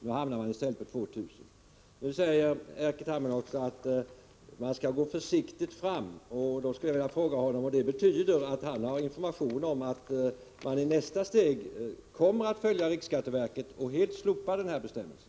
Nu hamnar man i stället på 2 000 kr. Nu säger Erkki Tammenoksa att man skall gå försiktigt fram. Jag vill då fråga honom om det betyder att alla fått information om att man i nästa steg kommer att följa riksskatteverket och helt slopa den aktuella bestämmelsen?